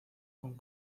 con